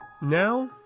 Now